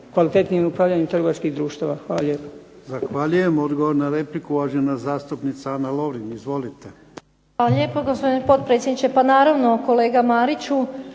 kvalitetnijem upravljanju trgovačkog društva. Zahvaljujem.